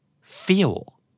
Feel